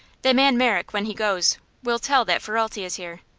the man merrick, when he goes will tell that ferralti is here.